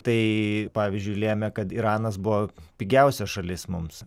tai pavyzdžiui lėmė kad iranas buvo pigiausia šalis mums